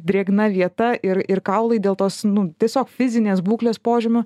drėgna vieta ir ir kaulai dėl tos nu tiesiog fizinės būklės požymių